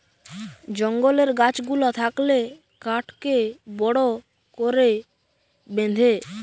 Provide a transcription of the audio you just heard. জঙ্গলের গাছ গুলা থাকলে কাঠকে বড় করে বেঁধে